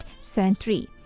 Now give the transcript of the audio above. century